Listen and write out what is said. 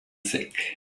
sick